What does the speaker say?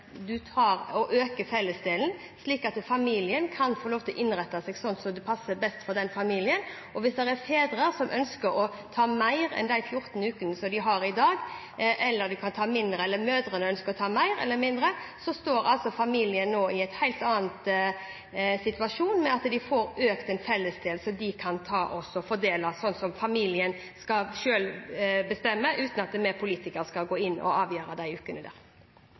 øker fellesdelen, slik at familien kan få lov til å innrette seg slik det passer best for den. Og hvis det er fedre som ønsker å ta ut mer enn de 14 ukene som de har i dag, eller de tar ut mindre – eller hvis mødrene ønsker å ta ut mer, eller ta ut mindre – står familiene nå i en helt annen situasjon, ved at de får økt en fellesdel som de kan fordele slik familien selv bestemmer, uten at vi politikere skal gå inn og avgjøre disse ukene.